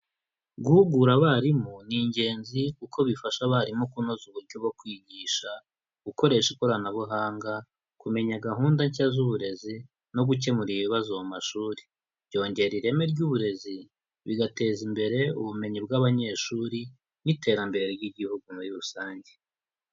Guhugura abarimu ni ingenzi kuko bifasha abarimu kunoza uburyo bwo kwigisha, gukoresha ikoranabuhanga, kumenya gahunda nshya z'uburezi no gukemura ibibazo mu mashuri. Byongera ireme ry'uburezi, bigateza imbere ubumenyi bw'abanyeshuri n'iterambere ry'igihugu muri rusange.